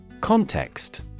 Context